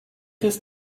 ist